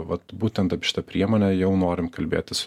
vat būtent apie šitą priemonę jau norim kalbėtis